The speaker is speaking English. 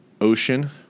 Ocean